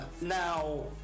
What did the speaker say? now